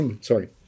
Sorry